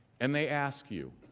and they ask you,